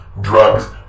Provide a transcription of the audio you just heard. drugs